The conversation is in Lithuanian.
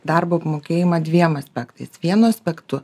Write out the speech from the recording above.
darbo apmokėjimą dviem aspektais vienu aspektu